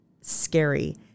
scary